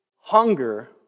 hunger